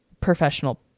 professional